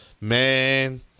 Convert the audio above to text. Man